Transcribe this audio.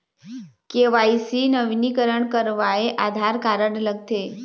KYC नवीनीकरण करवाये Aadhaar card लगथे?